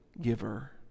giver